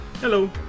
Hello